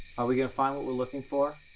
are we going to find what we're looking for?